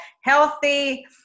healthy